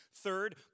Third